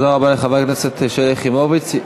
תודה רבה לחברת הכנסת שלי יחימוביץ.